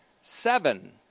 seven